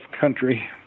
country